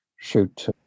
shoot